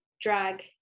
drag